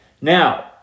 Now